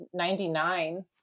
99